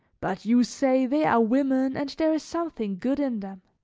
but you say they are women and there is something good in them!